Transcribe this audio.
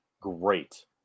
great